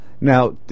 Now